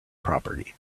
property